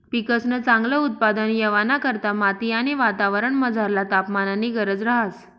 पिकंसन चांगल उत्पादन येवाना करता माती आणि वातावरणमझरला तापमाननी गरज रहास